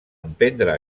emprendre